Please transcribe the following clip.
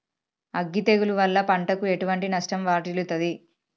అగ్గి తెగులు వల్ల పంటకు ఎటువంటి నష్టం వాటిల్లుతది?